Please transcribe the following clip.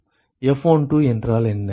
F12 என்றால் என்ன